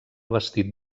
vestit